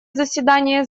заседание